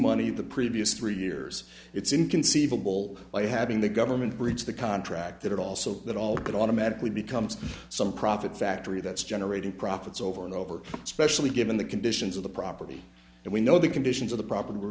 money the previous three years it's inconceivable by having the government breached the contract that also that all good automatically becomes some profit factory that's generating profits over and over specially given the conditions of the property and we know the conditions of the property